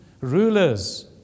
Rulers